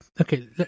Okay